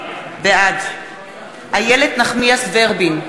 בעד איילת נחמיאס ורבין,